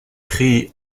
crée